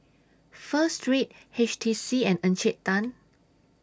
Pho Street H T C and Encik Tan